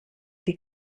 die